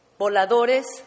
Voladores